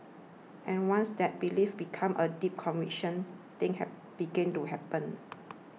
and once that belief becomes a deep conviction things begin to happen